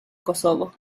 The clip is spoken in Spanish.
kosovo